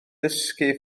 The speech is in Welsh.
dysgu